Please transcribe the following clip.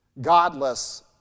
godless